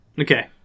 Okay